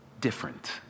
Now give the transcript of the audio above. different